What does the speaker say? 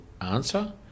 answer